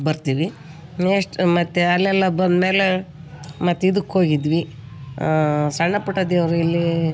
ಬರ್ತೀವಿ ನೆಸ್ಟ್ ಮತ್ತು ಅಲ್ಲೆಲ್ಲ ಬಂದಮೇಲೆ ಮತ್ತು ಇದಕ್ಕೆ ಹೋಗಿದ್ವಿ ಸಣ್ಣ ಪುಟ್ಟ ದೇವ್ರು ಇಲ್ಲೀ